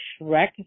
Shrek